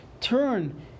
turn